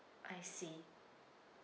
I see